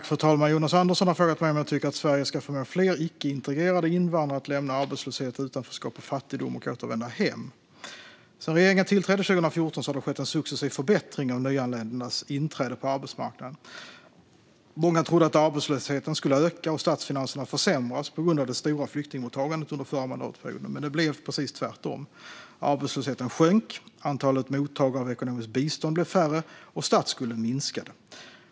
Fru talman! har frågat mig om jag tycker att Sverige ska förmå fler icke-integrerade invandrare att lämna arbetslöshet, utanförskap och fattigdom och återvända hem. Sedan regeringen tillträdde 2014 har det skett en successiv förbättring av nyanländas inträde på arbetsmarknaden. Många trodde att arbetslösheten skulle öka och statsfinanserna försämras på grund av det stora flyktingmottagandet under förra mandatperioden. Men det blev precis tvärtom. Arbetslösheten sjönk, antalet mottagare av ekonomiskt bistånd blev mindre och statsskulden minskade.